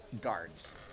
guards